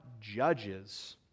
judges